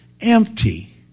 empty